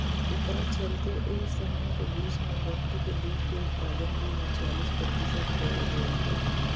एकरा चलते एह समय के बीच में बकरी के दूध के उत्पादन भी उनचालीस प्रतिशत बड़ गईल रहे